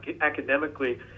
academically